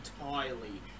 entirely